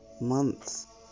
month